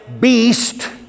beast